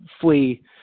flee